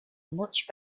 much